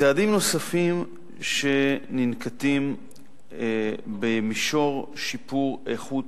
צעדים נוספים שננקטים במישור שיפור איכות